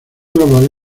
global